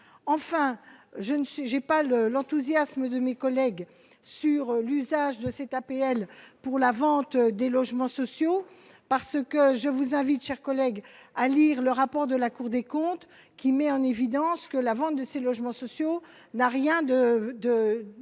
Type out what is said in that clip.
suis j'ai pas le l'enthousiasme de mes collègues sur l'usage de cette APL pour la vente des logements sociaux, parce que je vous invite, chers collègues, à lire le rapport de la Cour des comptes, qui met en évidence que la vente de ces logements sociaux n'a rien de,